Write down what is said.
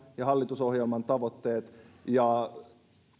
ja hallitusohjelman tavoitteet sinänsä ovatkin oikeat ja